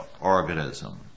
organism